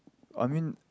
I mean